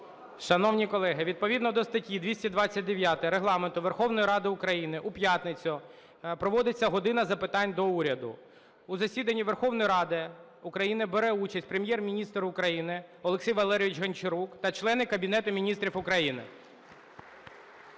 Шановні колеги, відповідно до статті 229 Регламенту Верховної Ради України у п'ятницю проводиться "година запитань до Уряду". У засіданні Верховної Ради України бере участь Прем’єр-міністр України Олексій Валерійович Гончарук та члени Кабінету Міністрів України.